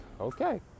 okay